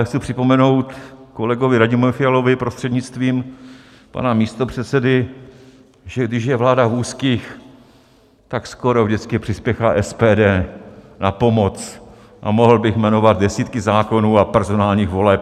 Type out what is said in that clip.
Chci připomenout kolegovi Radimu Fialovi prostřednictvím pana místopředsedy, že když je vláda v úzkých, tak skoro vždycky přispěchá SPD na pomoc, a mohl bych jmenovat desítky zákonů a personálních voleb.